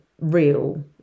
real